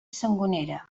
sangonera